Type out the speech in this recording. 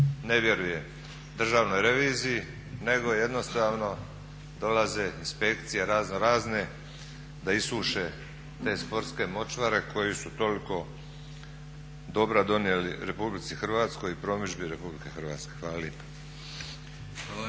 ne vjeruje državnoj reviziji nego jednostavno dolaze inspekcije raznorazne da isuše te sportske močvare koje su toliko dobra donijeli RH i promidžbi RH. Hvala